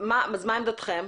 מה עמדתכם?